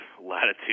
latitude